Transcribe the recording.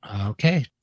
Okay